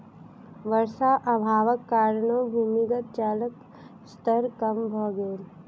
वर्षा अभावक कारणेँ भूमिगत जलक स्तर कम भ गेल